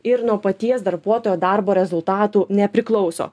ir nuo paties darbuotojo darbo rezultatų nepriklauso